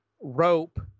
rope